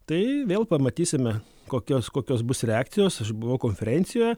tai vėl pamatysime kokios kokios bus reakcijos aš buvau konferencijoje